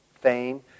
fame